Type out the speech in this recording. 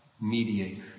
mediator